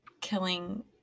killing